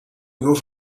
گفت